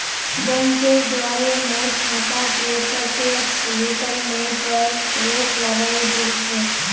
बैंकेर द्वारे मोर खाता स प्रत्यक्ष विकलनेर पर रोक लगइ दिल छ